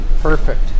perfect